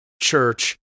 church